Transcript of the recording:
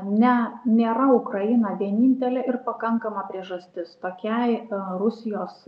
ne nėra ukraina vienintelė ir pakankama priežastis tokiai rusijos